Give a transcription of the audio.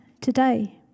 today